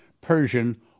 Persian